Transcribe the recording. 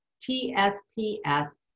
T-S-P-S